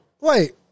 Wait